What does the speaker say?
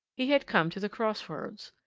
he had come to the cross-roads,